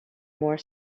more